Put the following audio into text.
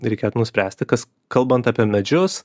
reikėtų nuspręsti kas kalbant apie medžius